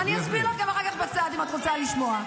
אני אסביר לך אחר כך בצד אם את רוצה לשמוע.